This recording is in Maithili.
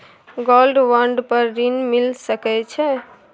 गोल्ड बॉन्ड पर ऋण मिल सके छै?